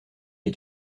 les